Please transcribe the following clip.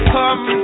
come